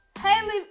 Haley